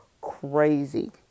crazy